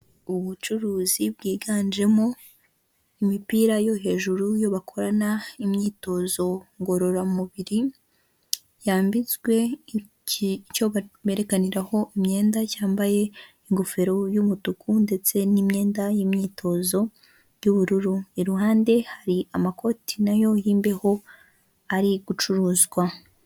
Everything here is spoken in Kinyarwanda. Ubucuruzi bwiganjemo imipira yo hejuru bakorana imyitozo ngororamubiri, yambitswe icyo berekeniraho imyenda cyambaye ingofero y'umutuku, ndetse n'imyenda y'imyitozo y'ubururu. Iruhande hari amakoti nayo y'imbeho ari gucuruzwa.